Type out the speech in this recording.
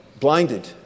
blinded